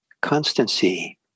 constancy